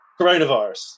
coronavirus